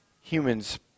humans